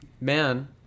Man